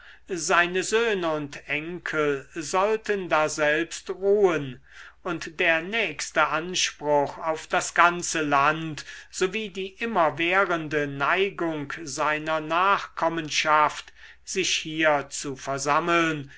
seine söhne und enkel sollten daselbst ruhen und der nächste anspruch auf das ganze land sowie die immerwährende neigung seiner nachkommenschaft sich hier zu versammeln